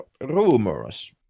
rumors